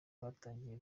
batangiye